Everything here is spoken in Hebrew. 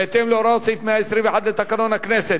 בהתאם להוראות סעיף 121 לתקנון הכנסת,